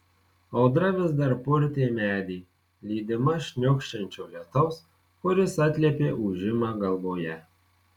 audra vis dar purtė medį lydima šniokščiančio lietaus kuris atliepė ūžimą galvoje